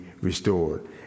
restored